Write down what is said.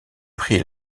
pris